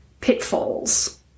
pitfalls